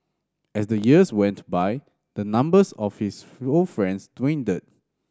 as the years went by the numbers of his friends dwindled